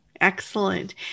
Excellent